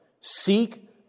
Seek